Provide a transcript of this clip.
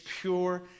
pure